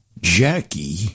Jackie